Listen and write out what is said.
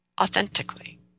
authentically